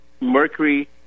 mercury